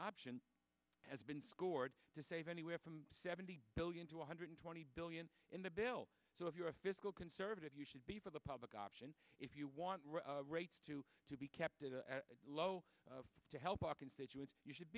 option has been scored to save anywhere from seventy billion to one hundred twenty billion in the bill so if you're a fiscal conservative you should be for the public option if you want rates to to be kept low to help our constituents you should